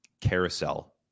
carousel